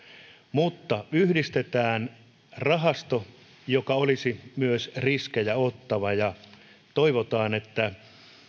mutta yhdistetään rahasto joka olisi myös riskejä ottava ja toivotaan että